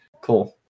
Cool